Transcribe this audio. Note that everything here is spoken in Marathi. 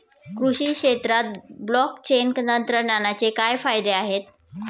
कृषी क्षेत्रात ब्लॉकचेन तंत्रज्ञानाचे काय फायदे आहेत?